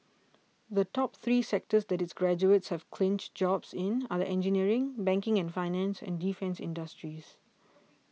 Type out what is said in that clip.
the top three sectors that its graduates have clinched jobs in are the engineering banking and finance and defence industries